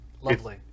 Lovely